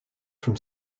from